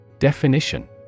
Definition